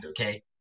okay